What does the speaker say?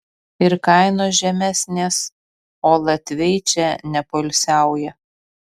ir kainos žemesnės o latviai čia nepoilsiauja